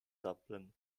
dublin